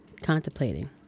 Contemplating